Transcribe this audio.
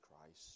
Christ